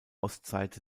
ostseite